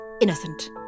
innocent